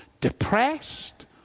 depressed